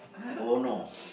Ono